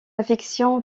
affection